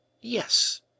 Yes